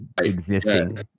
existing